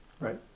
Right